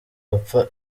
bapfa